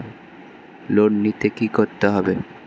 Loan নিতে কী করতে হবে?